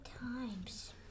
times